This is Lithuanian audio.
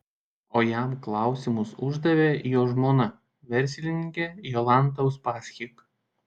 o jam klausimus uždavė jo žmona verslininkė jolanta uspaskich